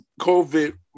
COVID